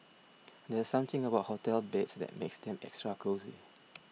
there's something about hotel beds that makes them extra cosy